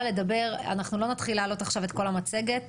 אנחנו לא נתחיל להעלות עכשיו את כל המצגת